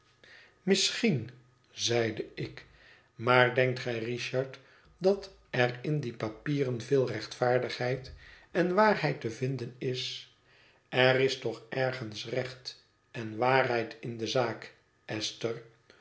misschien zeide ik maar denkt gij richard dat er in die papieren veel rechtvaardigheid en waarheid te vinden is er is toch ergens recht en waarheid in de zaak esther